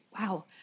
wow